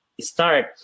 start